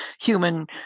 human